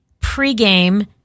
pregame